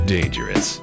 Dangerous